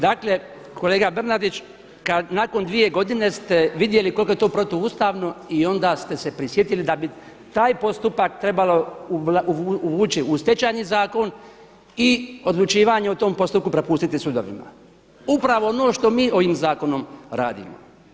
Dakle, kolega Bernardić, nakon 2 godine ste vidjeli koliko je to protuustavno i onda ste se prisjetili da bi taj postupak trebalo uvući u Stečajni zakon i odlučivanje o tom postupku prepustiti sudovima, upravo ono što mi ovim zakonom radimo.